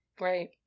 Right